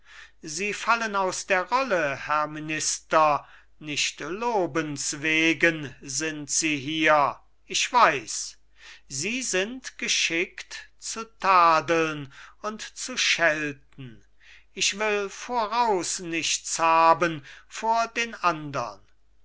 sie fallen aus der rolle herr minister nicht lobens wegen sind sie hier ich weiß sie sind geschickt zu tadeln und zu schelten ich will voraus nichts haben vor den andern